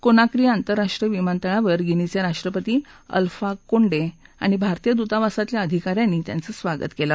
कोना क्री आंतरराष्ट्रीय विमानतळावर गिनीचे राष्ट्रपति अल्फा कोंडे आणि भारतीय दूतावासातल्या अधिकाऱ्यांनी त्यांचं स्वागत केलं